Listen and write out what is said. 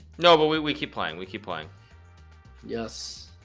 no but we we keep playing we keep playing yes